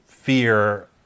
fear